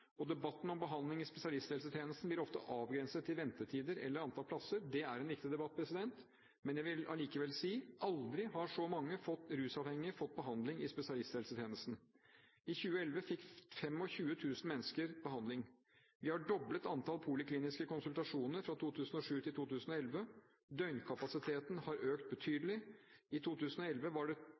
tjenestene. Debatten om behandling i spesialisthelsetjenesten blir ofte avgrenset til ventetider eller antall plasser. Det er en viktig debatt, men jeg vil likevel si: Aldri har så mange rusavhengige fått behandling i spesialisthelsetjenesten. I 2011 fikk 25 000 mennesker behandling. Vi har doblet antall polikliniske konsultasjoner fra 2007 til 2011. Døgnkapasiteten har økt betydelig. I 2011 var det